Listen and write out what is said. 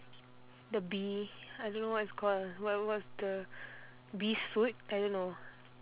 the bee I don't know what it's called what what's the bee suit I don't know